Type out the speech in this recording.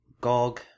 GOG